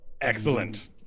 Excellent